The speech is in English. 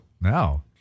No